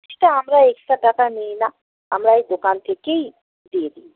এটা আমরা এক্সট্রা টাকা নিই না আমরা এই দোকান থেকেই দিয়ে দিই